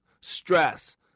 stress